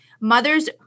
Mothers